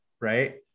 right